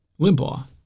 Limbaugh